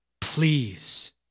please